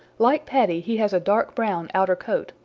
like paddy he has a dark brown outer coat,